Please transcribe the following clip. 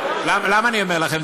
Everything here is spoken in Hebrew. למה אני אומר לכם?